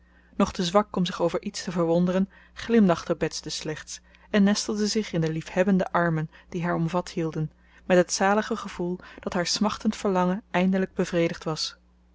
nog te zwak om zich over iets te verwonderen glimlachte bets dus slechts en nestelde zich in de liefhebbende armen die haar omvat hielden met het zalige gevoel dat haar smachtend verlangen eindelijk bevredigd was